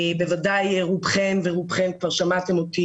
בוודאי רובכן או רובכם כבר שמעתם אותי